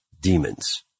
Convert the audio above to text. demons